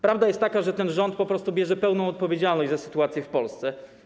Prawda jest taka, że ten rząd po prostu bierze pełną odpowiedzialność za sytuację w Polsce.